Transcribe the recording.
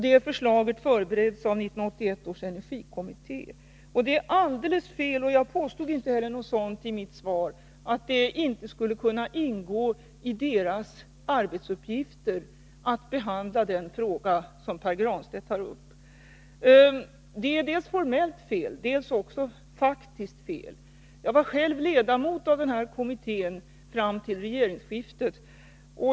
Det förslaget förbereds av 1981 års energikommitté. Det är alldeles fel — och jag påstår inte heller något sådant i mitt svar — att det inte skulle kunna ingå i kommitténs arbetsuppgifter att behandla den fråga som Pär Granstedt tar upp. Det är dels formellt fel, dels också faktiskt fel. Jag var själv ledamot av denna kommitté fram till regeringsskiftet.